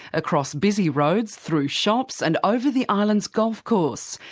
across busy roads, through shops and over the island's golf course.